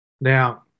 Now